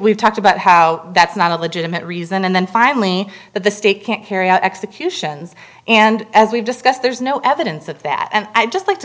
we've talked about how that's not a legitimate reason and then finally the state can't carry out executions and as we've discussed there's no evidence of that and i'd just like to